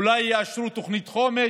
אולי יאשרו תוכנית חומש,